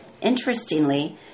Interestingly